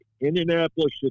Indianapolis